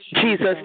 Jesus